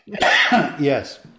Yes